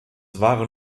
waren